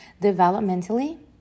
Developmentally